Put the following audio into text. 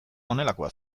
honelakoa